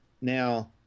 now